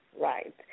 Right